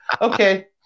Okay